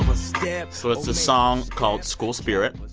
step. so it's a song called school spirit,